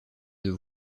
deux